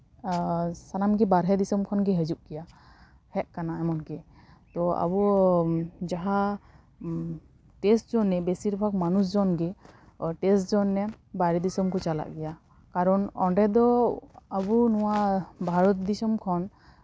ᱥᱟᱱᱟᱢᱜᱮ ᱵᱟᱦᱨᱮ ᱫᱤᱥᱚᱢ ᱠᱷᱚᱱᱜᱮ ᱦᱤᱡᱩᱜ ᱜᱮᱭᱟ ᱦᱮᱡ ᱠᱟᱱᱟ ᱮᱢᱚᱱ ᱠᱤ ᱛᱳ ᱟᱵᱚ ᱡᱟᱦᱟᱸ ᱴᱮᱥᱴ ᱞᱟᱹᱜᱤᱫ ᱵᱮᱥᱤᱨ ᱵᱷᱟᱜᱽ ᱦᱚᱲ ᱠᱚ ᱜᱮ ᱴᱮᱥᱴ ᱞᱟᱹᱜᱤᱫ ᱵᱟᱭᱨᱮ ᱫᱤᱥᱚᱢ ᱠᱚ ᱪᱟᱞᱟᱜ ᱜᱮᱭᱟ ᱠᱟᱨᱚᱱ ᱚᱸᱰᱮ ᱫᱚ ᱟᱵᱚ ᱱᱚᱣᱟ ᱵᱷᱟᱨᱚᱛ ᱫᱤᱥᱚᱢ ᱠᱷᱚᱱ